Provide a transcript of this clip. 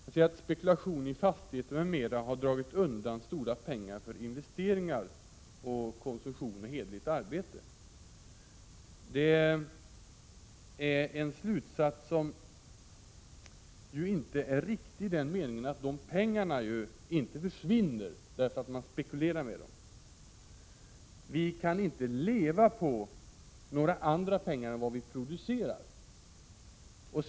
Han säger att spekulation i fastigheter m.m. har dragit undan stora pengar från investeringar, konsumtion och hederligt arbete. Det är en slutsats som inte är riktig i den meningen att pengarna ju inte försvinner därför att man spekulerar med dem. Vi kan inte leva på några andra pengar än dem som motsvarar vad vi producerar.